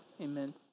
amen